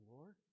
Lord